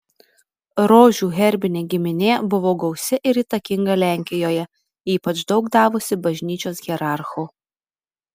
rožių herbinė giminė buvo gausi ir įtakinga lenkijoje ypač daug davusi bažnyčios hierarchų